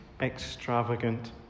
extravagant